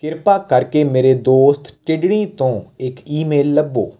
ਕਿਰਪਾ ਕਰਕੇ ਮੇਰੇ ਦੋਸਤ ਟਿਫਨੀ ਤੋਂ ਇੱਕ ਈਮੇਲ ਲੱਭੋ